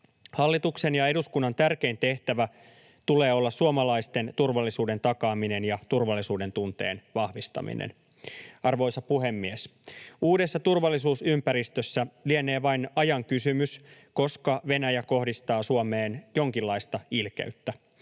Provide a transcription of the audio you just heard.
Hallituksen ja eduskunnan tärkein tehtävä tulee olla suomalaisten turvallisuuden takaaminen ja turvallisuudentunteen vahvistaminen. Arvoisa puhemies! Uudessa turvallisuusympäristössä lienee vain ajan kysymys, koska Venäjä kohdistaa Suomeen jonkinlaista ilkeyttä.